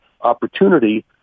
opportunity